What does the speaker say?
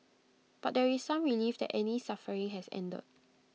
but there is some relief that Annie's suffering has ended